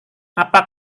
apa